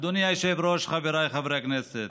אדוני היושב-ראש, חבריי חברי הכנסת,